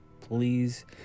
please